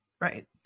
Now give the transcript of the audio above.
Right